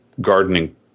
gardening